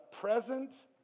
present